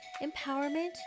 empowerment